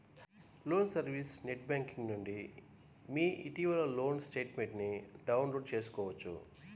loan service net banking నుండి మీ ఇటీవలి లోన్ స్టేట్మెంట్ను డౌన్లోడ్ చేసుకోవచ్చు